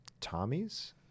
Tommy's